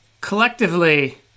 Collectively